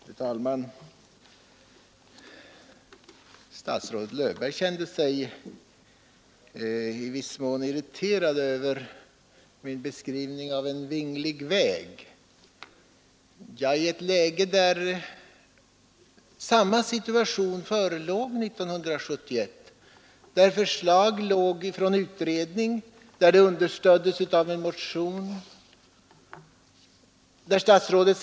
Fru talman! Statsrådet Löfberg kände sig i viss mån irriterad över min beskrivning av hans vingliga väg. Samma situation som i dag hade vi 1971. Då förelåg förslag från en utredning vilket framfördes i en motion här i riksdagen.